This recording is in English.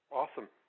awesome